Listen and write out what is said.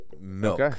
milk